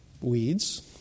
weeds